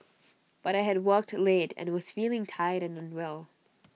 but I had worked late and was feeling tired and unwell